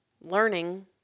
learning